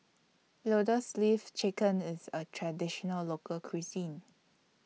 Lotus Leaf Chicken IS A Traditional Local Cuisine